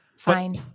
Fine